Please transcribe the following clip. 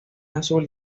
azul